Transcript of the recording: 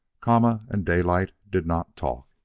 kama and daylight did not talk.